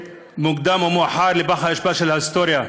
במוקדם או במאוחר, לפח האשפה של ההיסטוריה.